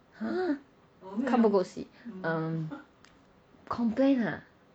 !huh! 看不够戏 um complain ah